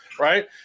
Right